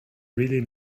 really